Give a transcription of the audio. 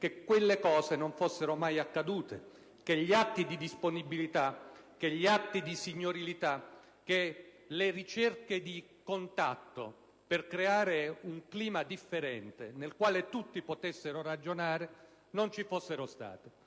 che quelle cose non fossero mai accadute, che gli atti di disponibilità e di signorilità e le ricerche di contatto per creare un clima differente nel quale tutti potessero ragionare non fossero esistiti.